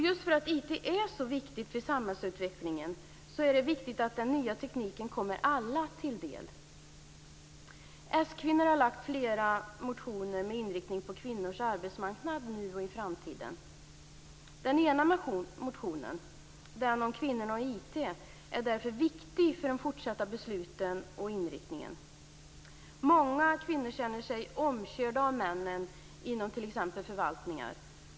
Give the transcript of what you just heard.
Just för att IT är så viktigt för samhällsutvecklingen är det viktigt att den nya tekniken kommer alla till del. S-kvinnor har lagt fram flera motioner med inriktning på kvinnors arbetsmarknad nu och i framtiden. Den ena motionen, den om kvinnorna och IT, är därför viktig för de fortsatta besluten och inriktningen. Många kvinnor känner sig omkörda av männen inom t.ex. förvaltningar.